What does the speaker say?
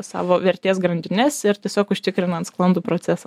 savo vertės grandines ir tiesiog užtikrinant sklandų procesą